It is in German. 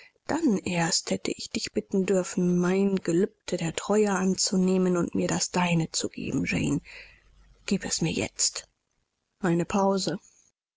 dann erst hätte ich dich bitten dürfen mein gelübde der treue anzunehmen und mir das deine zu geben jane gieb es mir jetzt eine pause